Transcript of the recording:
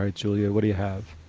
julia, what do you have?